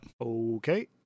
Okay